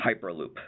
Hyperloop